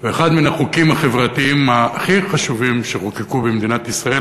הוא אחד מן החוקים החברתיים הכי חשובים שחוקקו במדינת ישראל.